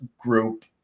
group